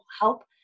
help